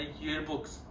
yearbooks